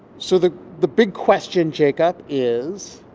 so the the big question, jacob, is,